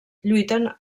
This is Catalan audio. lluiten